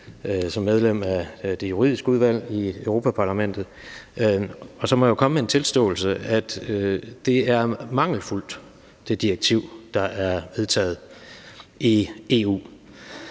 som medlem af det juridiske udvalg i Europa-Parlamentet. Og så må jeg jo komme med en tilståelse: Det direktiv, der er vedtaget i EU,